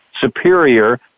superior